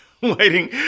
waiting